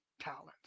talents